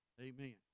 Amen